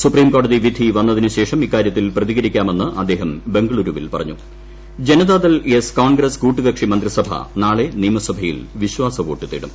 സുപ്രീംകോടതി വിധി വന്നതിനുശേഷം ഇക്കൂാര്യത്തിൽ പ്രതികരിക്കാ മെന്ന് അദ്ദേഹം ബംഗളുരുവിൽ പറഞ്ഞു ്ട് ജന്റ്താദൾ എസ് കോൺഗ്രസ്സ് കൂട്ടുകക്ഷി മന്ത്രിസഭ നാട്ട്ള് നിയമസഭയിൽ വിശ്വാസ വോട്ട് തേടും